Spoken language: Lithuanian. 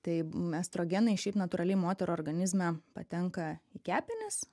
tai estrogenai šiaip natūraliai moterų organizme patenka į kepenis